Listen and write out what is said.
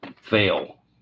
fail